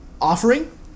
offering